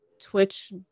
Twitch